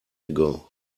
ago